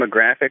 demographics